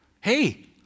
Hey